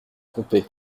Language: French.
tromper